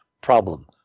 problem